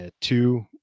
two